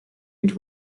and